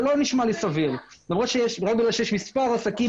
זה לא נשמע לי סביר למרות שיש מספר עסקים